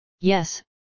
Yes